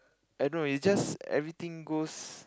I don't know it just everything goes